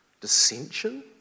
dissension